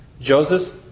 Joseph